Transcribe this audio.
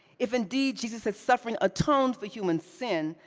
if indeed jesus's suffering atoned for human sin,